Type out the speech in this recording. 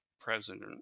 president